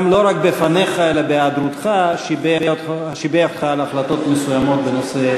גם לא רק בפניך אלא בהיעדרך שיבח אותך על החלטות מסוימות בנושא,